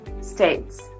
states